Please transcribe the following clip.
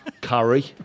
curry